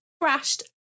crashed